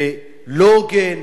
זה לא הוגן,